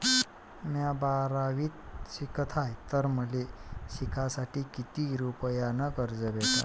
म्या बारावीत शिकत हाय तर मले शिकासाठी किती रुपयान कर्ज भेटन?